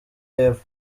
y’epfo